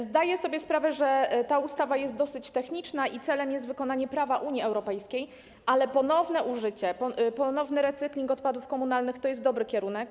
Zdaję sobie sprawę, że ta ustawa jest dosyć techniczna i jej celem jest wykonanie prawa Unii Europejskiej, ale ponowne użycie, ponowny recykling odpadów komunalnych to jest dobry kierunek.